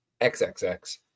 XXX